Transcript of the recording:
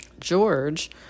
George